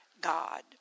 God